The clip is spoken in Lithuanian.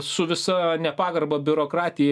su visa nepagarba biurokratijai